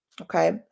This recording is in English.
okay